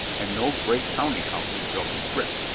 and no great counting houses built of brick,